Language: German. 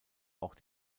auch